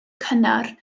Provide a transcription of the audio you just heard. cynnar